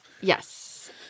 Yes